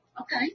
Okay